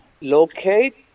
Locate